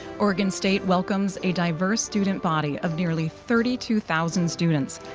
oregon state welcomes a diverse student body of nearly thirty two thousand students,